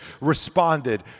responded